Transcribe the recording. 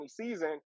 season